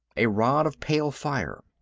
a rod of pale fire.